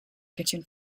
kitchen